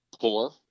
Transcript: poor